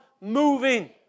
moving